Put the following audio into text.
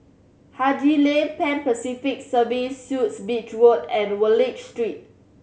Haji Lane Pan Pacific Serviced Suites Beach Road and Wallich Street